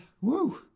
Woo